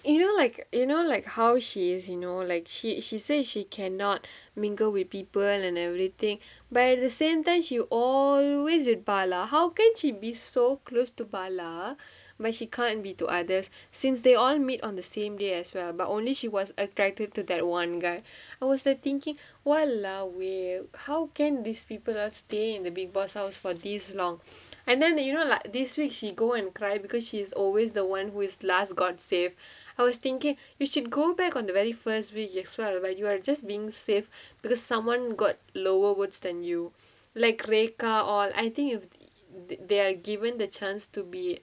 you know like you know like how she is you know like sh~ she say she cannot mingle with people and everything but at the same time she always with bala how can she be so close to bala but she can't be to others since they all meet on the same day as well but only she was attracted to that one guy I was the thinking !walao! eh how can these people stay in the bigg boss house for this long and then like you know like this week she go and cry because she is always the [one] who is last got save I was thinking you should go back on the very first week well but you are just being saved because someone got lower votes than you like rekha or I think if they are given the chance to be